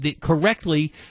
correctly